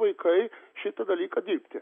vaikai šitą dalyką dirbti